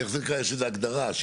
יש לזה איזו הגדרה.